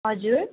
हजुर